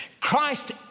Christ